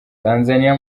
tanzaniya